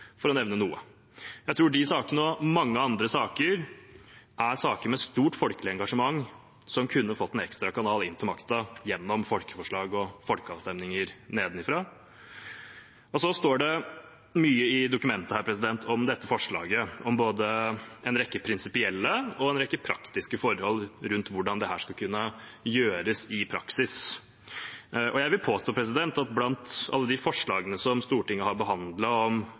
for å nevne noe. Jeg tror de sakene og mange andre er saker med stort folkelig engasjement som kunne fått en ekstra kanal inn til makten gjennom folkeforslag og folkeavstemninger nedenifra. Det står mye om forslaget i dette dokumentet om både en rekke prinsipielle og en rekke praktiske forhold rundt hvordan det skal kunne gjøres i praksis. Jeg vil påstå at blant alle de forslagene Stortinget har behandlet om